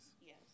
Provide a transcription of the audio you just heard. Yes